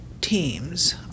teams